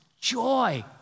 joy